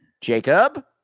Jacob